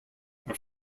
are